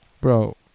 Bro